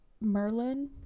Merlin